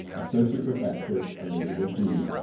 associate professor elizabeth new.